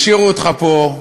השאירו אותך פה,